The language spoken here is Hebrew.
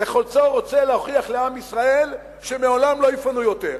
וחלקו רוצה להוכיח לעם ישראל שלעולם לא יפנו יותר,